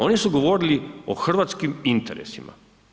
Oni su govorili o hrvatskim interesima.